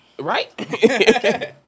Right